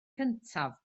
cyntaf